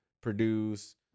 produce